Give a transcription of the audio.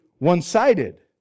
One-sided